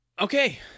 Okay